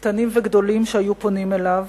קטנים וגדולים שהיו פונים אליו,